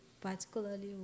particularly